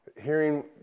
hearing